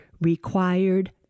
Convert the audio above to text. Required